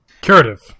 curative